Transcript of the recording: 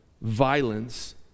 violence